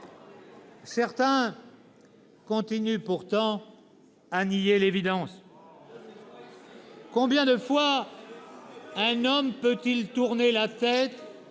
Certains continuent pourtant à nier l'évidence. » Pas ici !«" Combien de fois un homme peut-il tourner la tête